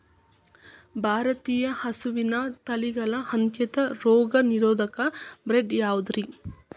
ಭಾರತೇಯ ಹಸುವಿನ ತಳಿಗಳ ಅತ್ಯಂತ ರೋಗನಿರೋಧಕ ಬ್ರೇಡ್ ಯಾವುದ್ರಿ?